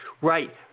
right